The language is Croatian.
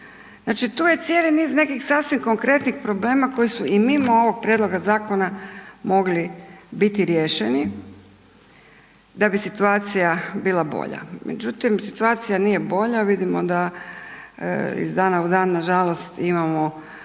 Znači tu je cijeli niz nekih sasvim konkretnih problema koji su i mimo ovoga prijedloga zakona mogli biti riješeni da bi situacija bila bolja. Međutim, situacija nije bolja vidimo da iz dana u dan nažalost imamo